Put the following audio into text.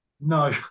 no